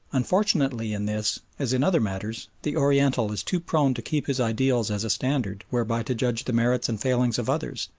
unfortunately in this, as in other matters, the oriental is too prone to keep his ideals as a standard whereby to judge the merits and failings of others,